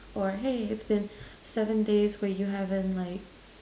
or hey it's been seven days where you haven't like